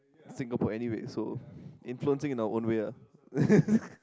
Singapore anyway so influencing in our way ah